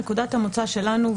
נקודת המוצא שלנו,